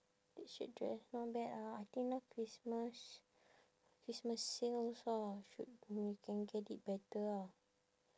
T shirt dress not bad ah I think now christmas christmas sales ah should may can get it better ah